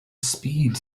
speed